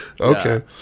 Okay